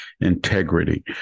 integrity